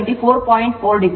angle 24